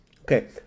Okay